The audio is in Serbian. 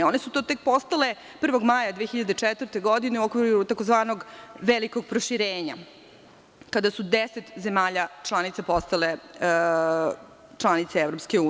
One su to tek postale 1. maja 2004. godine u okviru tzv. velikog proširenja, kada su deset zemalja postale članice EU.